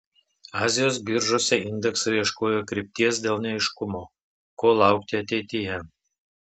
azijos biržose indeksai ieškojo krypties dėl neaiškumo ko laukti ateityje